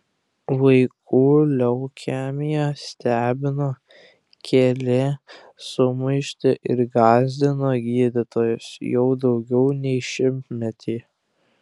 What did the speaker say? vaikų leukemija stebino kėlė sumaištį ir gąsdino gydytojus jau daugiau nei šimtmetį